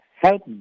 help